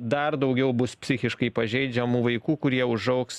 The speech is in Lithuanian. dar daugiau bus psichiškai pažeidžiamų vaikų kurie užaugs